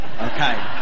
okay